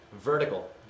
vertical